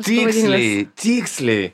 tiksliai tiksliai